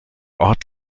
ort